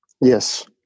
Yes